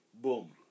Boom